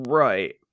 right